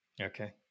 Okay